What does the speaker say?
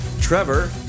Trevor